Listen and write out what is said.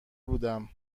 بودم